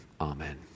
amen